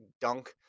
dunk